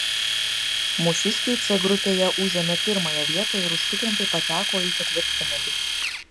mūsiškiai c grupėje užėmė pirmąją vietą ir užtikrintai pateko į ketvirtfinalį